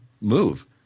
move